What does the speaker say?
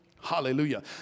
hallelujah